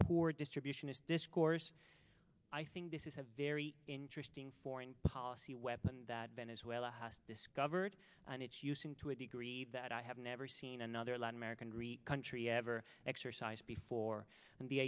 poor distribution is this course i think this is have very interesting foreign policy weapon that venezuela has discovered and it's using to a degree that i have never seen another latin american greek country ever exercise before and the